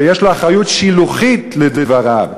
ויש לו אחריות שילוחית לדבריו?